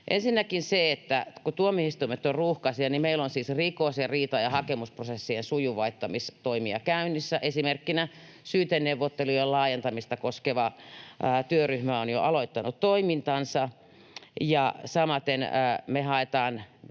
Ensinnäkin kun tuomioistuimet ovat ruuhkaisia, niin meillä on siis rikos-, riita- ja hakemusprosessien sujuvoittamistoimia käynnissä. Esimerkkinä syyteneuvottelujen laajentamista koskeva työryhmä on jo aloittanut toimintansa. Samaten me haetaan